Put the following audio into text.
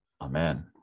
Amen